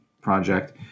project